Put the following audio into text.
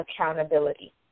accountability